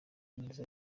neza